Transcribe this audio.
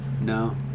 No